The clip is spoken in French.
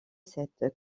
cette